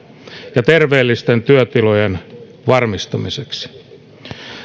ja terveellisten työtilojen varmistamiseksi